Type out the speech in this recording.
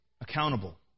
accountable